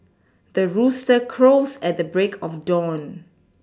the rooster crows at the break of dawn